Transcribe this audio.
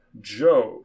Job